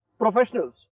professionals